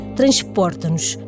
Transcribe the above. transporta-nos